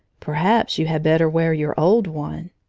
perhaps you had better wear your old one.